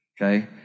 Okay